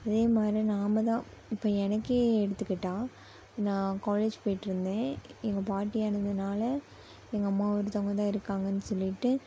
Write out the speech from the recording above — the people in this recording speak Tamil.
அதே மாதிரி நாம்தான் இப்போ எனக்கே எடுத்துக்கிட்டால் நான் காலேஜ் போய்கிட்ருந்தேன் எங்கள் பாட்டி இறந்தனால எங்கள் அம்மா ஒருத்தவங்கதான் இருக்காங்கனு சொல்லிவிட்டு